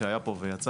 שהיה פה ויצא,